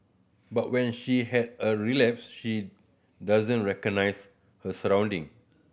but when she has a relapse she doesn't recognise her surrounding